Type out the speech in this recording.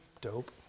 dope